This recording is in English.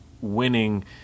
winning